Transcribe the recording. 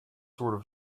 sort